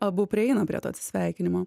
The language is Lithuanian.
abu prieina prie to atsisveikinimo